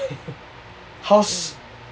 how's